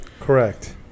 Correct